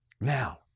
Now